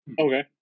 okay